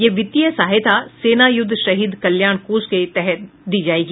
यह वित्तीय सहायता सेना युद्ध शहीद कल्याण कोष के तहत दी जाएगी